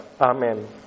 Amen